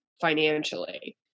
financially